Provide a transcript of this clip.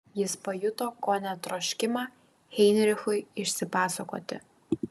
jis pajuto kone troškimą heinrichui išsipasakoti